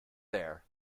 there